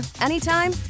anytime